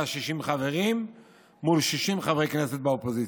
60 חברים מול 60 חברי כנסת באופוזיציה.